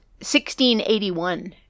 1681